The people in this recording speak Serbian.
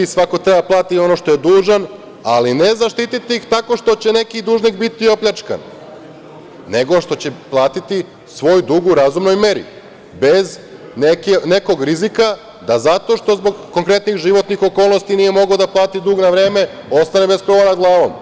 Svako treba da plati ono što je dužan, ali ne zaštiti ih tako što će neki dužnik biti opljačkan, nego što će platiti svoj dug u razumnoj meri bez nekog rizika da zato što zbog konkretnih životnih okolnosti nije mogao da plati dug na vreme, ostane bez krova nad glavom.